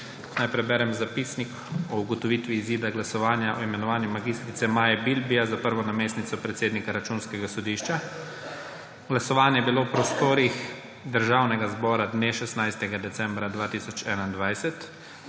Naj preberem zapisnik o ugotovitvi izida glasovanja o imenovanju mag. Maje Bilbija za prvo namestnico predsednika Računskega sodišča. Glasovanje je bilo v prostorih Državnega zbora dne 16. decembra 2021.